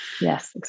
yes